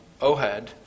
Ohad